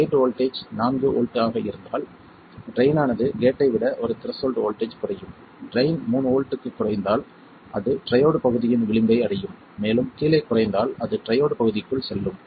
gate voltage 4 வோல்ட்டாக இருந்தால் drain ஆனது கேட் ஐ விட ஒரு திரஸ்சோல்ட் வோல்ட்டேஜ் குறையும் ட்ரைன் 3 வோல்ட்டுக்கு குறைந்தால் அது ட்ரையோட் பகுதியின் விளிம்பை அடையும் மேலும் கீழே குறைந்தால் அது ட்ரையோட் பகுதிக்குள் செல்லும்